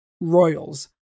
Royals